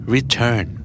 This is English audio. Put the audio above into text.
Return